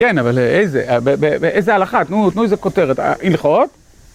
כן, אבל איזה, באיזה הלכה? תנו איזה כותרת, הלכות?